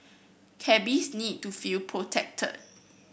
cabbies need to feel protected